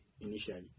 initially